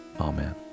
Amen